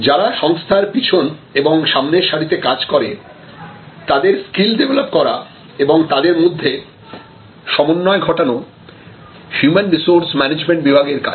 যারা সংস্থার পিছন এবং সামনের সারিতে কাজ করে তাদের স্কিল ডেভেলপ করা এবং তাদের মধ্যে সমন্বয় ঘটানো হিউম্যান রিসোর্স ম্যানেজমেন্ট বিভাগের কাজ